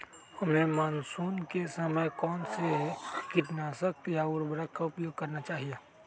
हमें मानसून के समय कौन से किटनाशक या उर्वरक का उपयोग करना चाहिए?